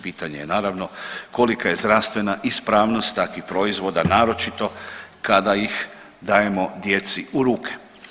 Pitanje je naravno kolika je zdravstvena ispravnost takvih proizvoda naročito kada ih dajemo djeci u ruke.